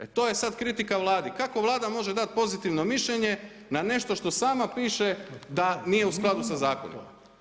E to je sada kritika Vladi, kako Vlada može dati pozitivno mišljenje na nešto što sama piše da nije u skladu sa zakonima.